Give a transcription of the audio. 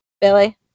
Billy